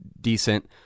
decent